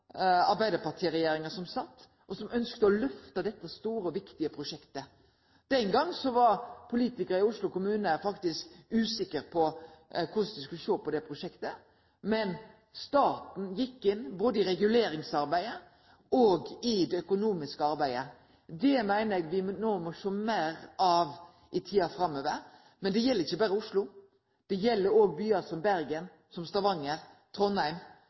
arbeidarpartiregjeringa som ønskte å lyfte dette store og viktige prosjektet. Den gongen var politikarane i Oslo kommune faktisk usikre på korleis dei skulle sjå på det prosjektet, men staten gjekk inn både i reguleringsarbeidet og i det økonomiske arbeidet. Det meiner eg me no må sjå meir av i tida framover. Men det gjeld ikkje berre Oslo – det gjeld òg byar som Bergen, Stavanger, Trondheim,